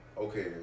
Okay